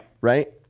Right